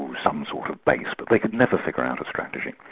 um some sort of base, but they could never figure out a strategy,